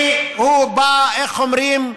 הוא בא, איך אומרים?